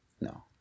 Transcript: No